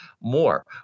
more